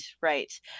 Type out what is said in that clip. right